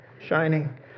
shining